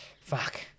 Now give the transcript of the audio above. Fuck